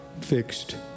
fixed